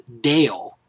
Dale